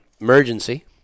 Emergency